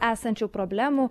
esančių problemų